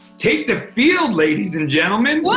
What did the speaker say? take the field, ladies and gentlemen.